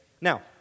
Now